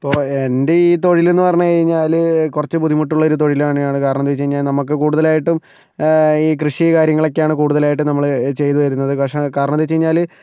ഇപ്പോൾ എൻ്റെ ഈ തൊഴിലെന്നു പറഞ്ഞുകഴിഞ്ഞാൽ കുറച്ച് ബുദ്ധിമുട്ടുള്ളൊരു തൊഴിൽ തന്നെയാണ് കാരണമെന്താണെന്ന് വെച്ചുകഴിഞ്ഞാൽ നമുക്ക് കൂടുതലായിട്ടും ഈ കൃഷി കാര്യങ്ങളൊക്കെയാണ് കൂടുതലായിട്ടും നമ്മൾ ചെയ്ത് വരുന്നത് പക്ഷേ കാരണമെന്താണെന്ന് വെച്ചുകഴിഞ്ഞാൽ